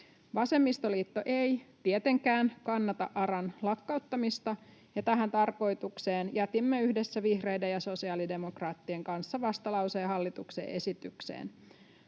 Vasemmistoliitto ei tietenkään kannata ARAn lakkauttamista, ja tähän tarkoitukseen jätimme yhdessä vihreiden ja sosiaalidemokraattien kanssa vastalauseen hallituksen esitykseen.